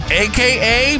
aka